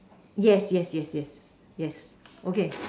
yes yes yes yes yes okay